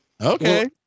okay